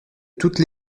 toutes